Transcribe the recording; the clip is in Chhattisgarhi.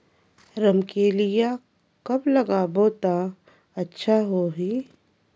रमकेलिया कब लगाबो ता अच्छा होही?